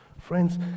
Friends